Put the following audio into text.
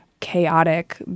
chaotic